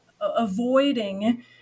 avoiding